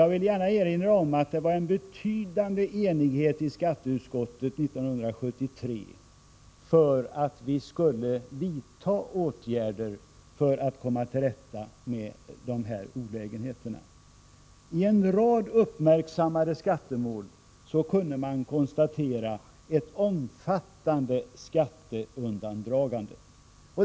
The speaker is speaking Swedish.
Jag vill gärna erinra om att det rådde en betydande enighet i skatteutskottet 1973 om att vi skulle vidta åtgärder för att komma till rätta med dessa olägenheter. I en rad uppmärksammade skattemål kunde man konstatera ett omfattande skatteundandragande.